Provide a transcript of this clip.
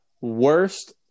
Worst